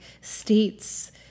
states